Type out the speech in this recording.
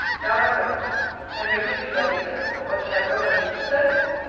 down i went and to whom should i be sent for, but to my brother and mr. solmes!